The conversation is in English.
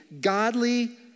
godly